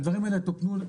הדברים האלה מטופלים,